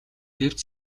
гэвч